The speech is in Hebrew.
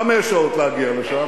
חמש שעות להגיע לשם,